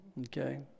okay